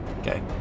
Okay